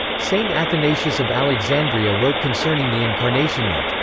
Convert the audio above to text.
st. athanasius of alexandria wrote concerning the incarnation that,